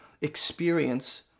experience